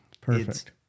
Perfect